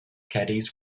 caddies